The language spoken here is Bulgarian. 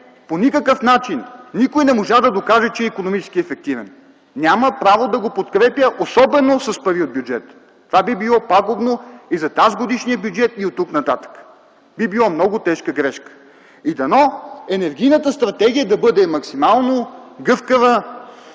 по никакъв начин, никой не можа да докаже, че е икономически ефективен. Няма право да го подкрепя, особено с пари от бюджета – това би било пагубно и за тазгодишния бюджет и оттук нататък. Би било много тежка грешка! И дано енергийната стратегия да бъде максимално гъвкава,